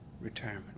retirement